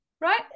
right